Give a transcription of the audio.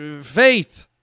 faith